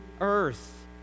earth